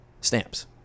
stamps